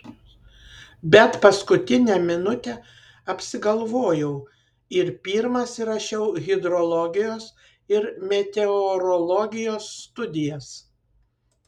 bet paskutinę minutę apsigalvojau ir pirmas įrašiau hidrologijos ir meteorologijos studijas